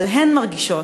אבל הן מרגישות,